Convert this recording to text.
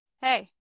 Hey